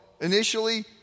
initially